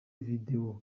videwo